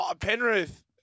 Penrith